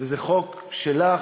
וזה חוק שלך,